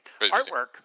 artwork